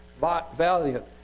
valiant